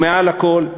ומעל הכול,